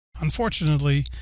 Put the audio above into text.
Unfortunately